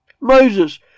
Moses